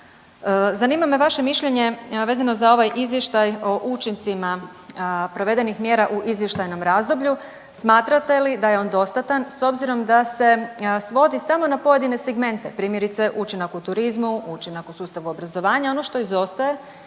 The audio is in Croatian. Zanima me vaše mišljenje vezano za ovaj izvještaj o učincima provedenih mjera u izvještajnom razdoblju, smatrate li da je on dostatan s obzirom da se svodi samo na pojedine segmente, primjerice učinak u turizmu, učinak u sustavu obrazovanja. Ono što izostaje,